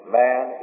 man